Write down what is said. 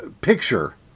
picture